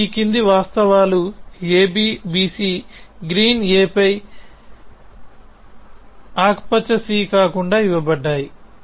మీకు ఈ క్రింది వాస్తవాలు abbc గ్రీన్ a పైఆకుపచ్చ c కాకుండా ఇవ్వబడ్డాయి